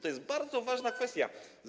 To jest bardzo ważna kwestia.